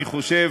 אני חושב,